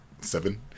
seven